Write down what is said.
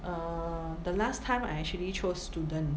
err the last time I actually chose student